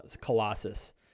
Colossus